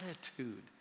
attitude